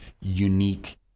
unique